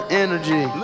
energy